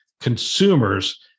consumers